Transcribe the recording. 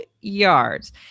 yards